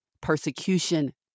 persecution